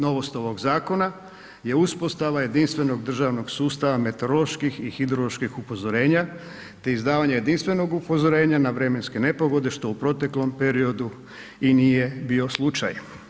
Novost ovog zakona je uspostava jedinstvenog državnog sustava meteoroloških i hidroloških upozorenja te izdavanje jedinstvenog upozorenja na vremenske nepogode što u proteklom periodu i nije bio slučaj.